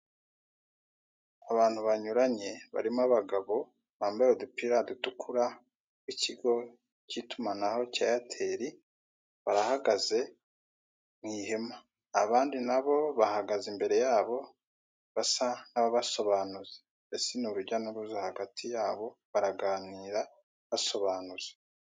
Abantu banyuranye barimo abagabo bambaye udupira dutukura tw'ikigo cy'itumanaho cya eyateri barahagaze mw'ihema. Abandi nabo bahagaze imbere yabo basa n'ababasobanuza, mbese ni urujya n'uruza hagati yabo baraganira basobanuza.